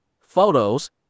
photos